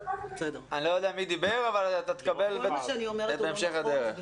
אני לא יודע מי דיבר אבל אתה תקבל בהמשך הדרך.